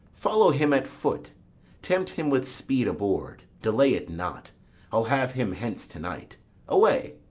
follow him at foot tempt him with speed aboard delay it not i'll have him hence to-night away!